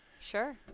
Sure